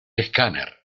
escáner